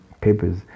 papers